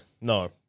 No